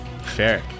Fair